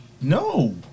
no